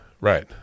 Right